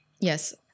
Yes